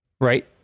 right